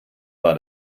war